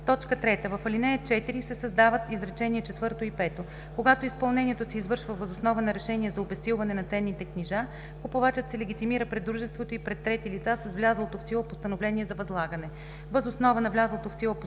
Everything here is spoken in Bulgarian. книжа.” 3. В ал. 4 се създават изречения четвърто и пето: „Когато изпълнението се извършва въз основа на решение за обезсилване на ценните книжа, купувачът се легитимира пред дружеството и пред трети лица с влязлото в сила постановление за възлагане. Въз основа на влязлото в сила постановление